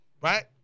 right